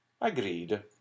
Agreed